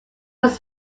was